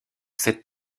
sept